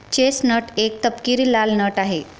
chestnut एक तपकिरी लाल नट आहे